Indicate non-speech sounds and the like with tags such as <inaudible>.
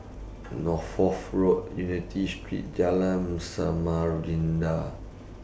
<noise> Northolt Road Unity Street Jalan Samarinda